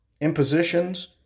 impositions